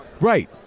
Right